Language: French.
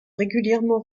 régulièrement